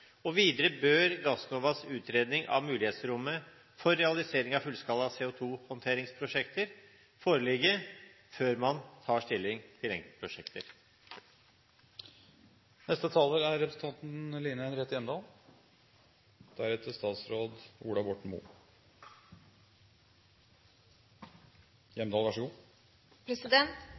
og videre bør Gassnovas utredning av mulighetsrommet for realisering av fullskala CO2-håndteringsprosjekter foreligge før man tar stilling til enkeltprosjekter. Vår tids største utfordring er